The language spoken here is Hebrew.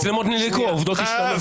המצלמות נדלקו, העובדות השתנו.